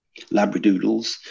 labradoodles